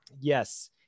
yes